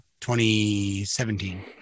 2017